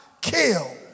kill